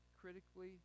critically